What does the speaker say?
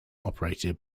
operated